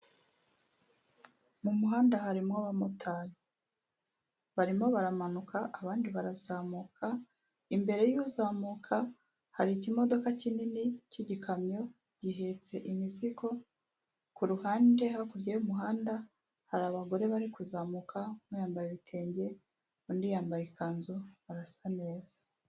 Mu muhanda harimo abamotari, barimo baramanuka abandi barazamuka, imbere y'uzamuka hari ikimodoka kinini cy'igikamyo gihetse imizigo, ku ruhande hakurya y'umuhanda hari abagore bari kuzamuka umwe yambaye ibitenge undi yambaye ikanzu barasa neza.